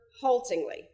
haltingly